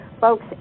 Folks